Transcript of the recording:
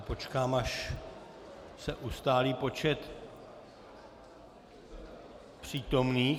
Počkám, až se ustálí počet přítomných.